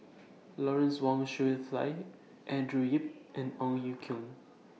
Lawrence Wong Shyun Tsai Andrew Yip and Ong Ye Kung